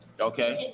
Okay